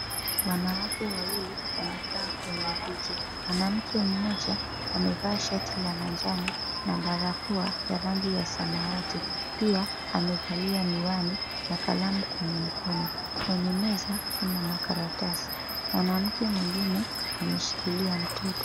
Wanawake wawili wamekaa kwenye viti. Mwanamke mmoja amevaa shati la manjano na barakoa ya rangi ya samawati. Pia, amevalia miwani na kalamu kwenye mkono. Kwenye meza kuna makaratasi. Mwanamke mwingine ameshikilia mtoto.